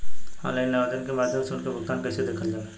Online आवेदन के माध्यम से उनके भुगतान कैसे देखल जाला?